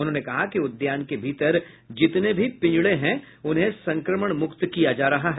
उन्होंने कहा कि उद्यान के भीतर जितने भी पिंजड़ें हैं उन्हें संक्रमण मुक्त किया जा रहा है